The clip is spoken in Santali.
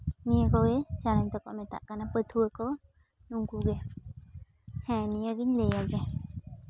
ᱱᱤᱭᱟᱹ ᱠᱚᱜᱮ ᱪᱟᱱᱟᱪ ᱫᱚᱠᱚ ᱢᱮᱛᱟᱜ ᱠᱟᱱᱟ ᱯᱟᱹᱴᱷᱩᱣᱟᱹ ᱠᱚ ᱱᱩᱝᱠᱩ ᱜᱮ ᱦᱮᱸ ᱱᱤᱭᱟᱹᱜᱮᱧ ᱞᱟᱹᱭᱟ ᱡᱮ